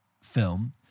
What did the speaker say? film